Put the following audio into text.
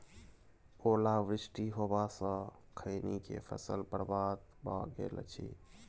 ओला वृष्टी होबा स खैनी के फसल बर्बाद भ गेल अछि?